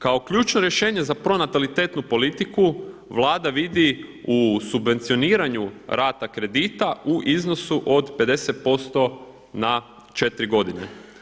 Kao ključno rješenje za pronatalitetnu politiku Vlada vidi u subvencioniranju rata kredita u iznosu od 50% na četiri godine.